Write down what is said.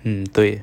mm 对